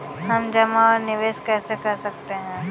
हम जमा और निवेश कैसे कर सकते हैं?